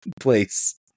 place